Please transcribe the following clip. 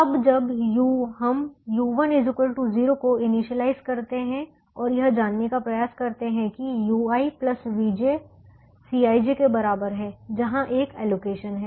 अब जब हम u1 0 को इनिशियलाइज़ करते हैं और यह जानने का प्रयास करते हैं कि ui vj Cij के बराबर है जहाँ एक एलोकेशन है